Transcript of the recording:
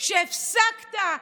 שהפסקת,